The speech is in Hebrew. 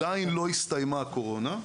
עדיין לא הסתיימה הקורונה.